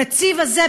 הנציב הזה,